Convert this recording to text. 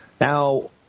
Now